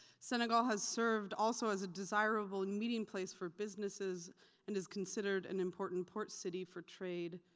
senegal has served also as a desirable and meeting place for businesses and is considered an important port city for trade